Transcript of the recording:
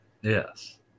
yes